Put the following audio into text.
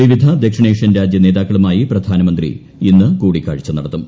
വിവിധ ദക്ഷിണേഷ്യൻ രാജ്യ നേതാക്കളുമായി പ്രധാനമന്ത്രി ഇന്ന് കൂടിക്കാഴ്ച നടത്തും